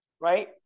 Right